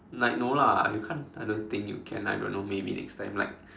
like no lah you can't I don't think you can I don't know maybe next time like